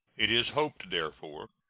it is hoped, therefore,